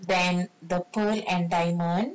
than the pearl and diamond